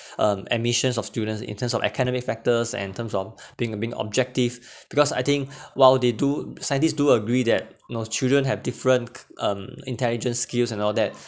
um admissions of students in terms of academic factors and in terms of thing uh being objective because I think while they do scientists do agree that know children have different k~ um intelligent skills and all that